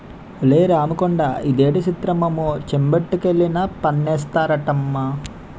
ఒలే రాముకొండా ఇదేటి సిత్రమమ్మో చెంబొట్టుకెళ్లినా పన్నేస్తారటమ్మా